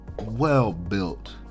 well-built